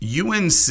UNC